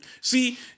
see